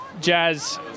Jazz